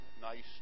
nice